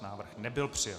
Návrh nebyl přijat